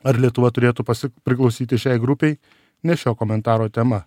ar lietuva turėtų priklausyti šiai grupei ne šio komentaro tema